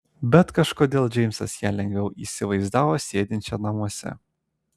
bet kažkodėl džeimsas ją lengviau įsivaizdavo sėdinčią namuose